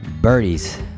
birdies